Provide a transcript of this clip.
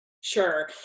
Sure